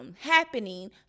happening